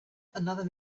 another